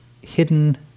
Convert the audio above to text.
hidden